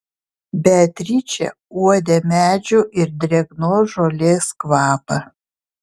beatričė uodė medžių ir drėgnos žolės kvapą